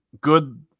good